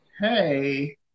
Hey